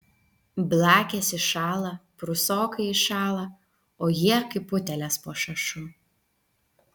blakės iššąla prūsokai iššąla o jie kaip utėlės po šašu